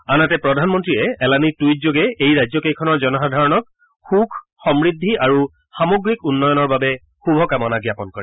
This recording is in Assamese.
আনহাতে প্ৰধানমন্ত্ৰীয়ে এলানি টুইটযোগে এই ৰাজ্যকেইখনৰ জনসাধাৰণক সুখ সমৃদ্ধি আৰু সামগ্ৰীক উন্নয়নৰ বাবে শুভকামনা জ্ঞাপন কৰে